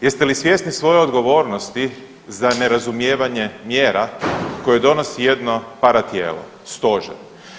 Jeste li svjesni svoje odgovornosti za nerazumijevanje mjera koje donosi jedno paratijelo, stožer?